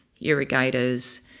irrigators